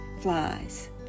flies